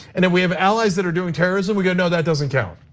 and then we have allies that are doing terrorism. we go, no, that doesn't count.